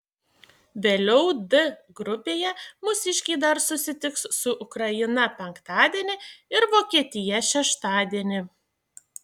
vėliau d grupėje mūsiškiai dar susitiks su ukraina penktadienį ir vokietija šeštadienį